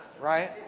right